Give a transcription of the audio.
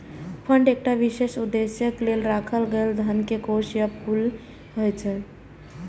fund एकटा विशेष उद्देश्यक लेल राखल गेल धन के कोष या पुल होइ छै